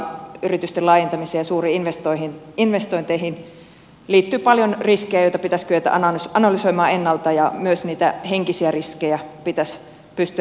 yritysten laajentamiseen ja suuriin investointeihin liittyy paljon riskejä joita pitäisi kyetä analysoimaan ennalta ja myös niitä henkisiä riskejä pitäisi pystyä ennalta ehkäisemään